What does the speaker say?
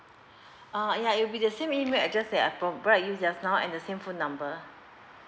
ah ya it'll be the same email address that I provide you just now and the same phone number